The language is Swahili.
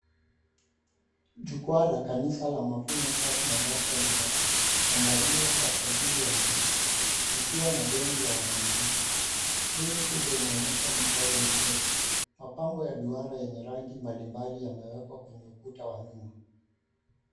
Jukwaa la kanisa la MAVUNO CHURCH Mombasa limeandaliwa kwa ajili ya muziki likiwa na bendi ya wanamuziki. Skrini kubwa inaonyesha michoro nyepesi. Mapambo ya duara yenye rangi mbalimbali yamewekwa kwenye ukuta wa nyuma.